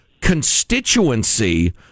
constituency